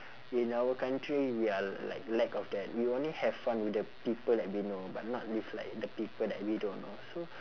in our country we are like lack of that we only have fun with the people that we know but not with like the people that we don't know so